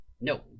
No